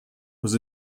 was